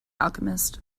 alchemist